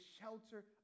shelter